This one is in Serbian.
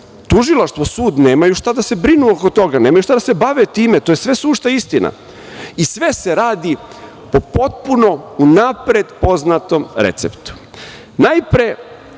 Tužilaštvo, sud nemaju šta da se brinu oko toga, nemaju šta da se bave time, to je sve sušta istina. I sve se radi po potpuno unapred poznatom receptu. Najpre